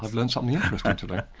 but learnt something interesting today.